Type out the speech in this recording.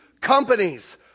Companies